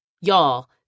Y'all